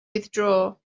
withdraw